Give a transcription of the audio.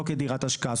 אל כדירת השקעה.